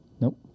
Nope